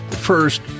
First